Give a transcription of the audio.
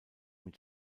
mit